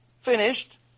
finished